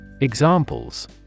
Examples